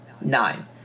nine